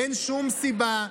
אין שום סיבה,